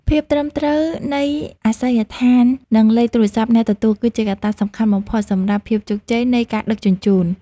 ភាពត្រឹមត្រូវនៃអាសយដ្ឋាន និងលេខទូរស័ព្ទអ្នកទទួល គឺជាកត្តាសំខាន់បំផុតសម្រាប់ភាពជោគជ័យនៃការដឹកជញ្ជូន។